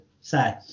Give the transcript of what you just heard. say